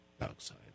Outside